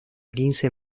quince